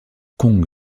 kong